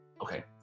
Okay